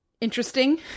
interesting